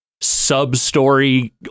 sub-story